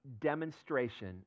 demonstration